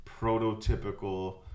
prototypical